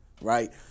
right